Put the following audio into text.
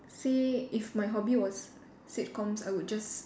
say if my hobby was sitcoms I would just